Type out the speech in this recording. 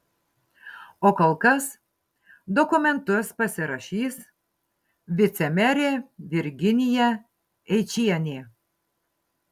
o kol kas dokumentus pasirašys vicemerė virginija eičienė